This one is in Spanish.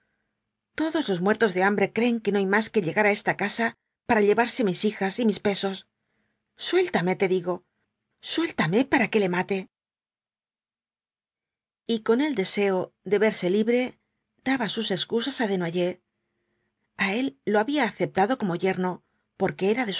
todos los muertos de hambre creen que no hay más que llegar á esta casa para llevarse mis hijas y mis pesos suéltame te digo suéltame para que lo mate y con el deseo de verse libre daba sus excusas á desnoyers a él lo había aceptado como yerno porque era